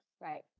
Right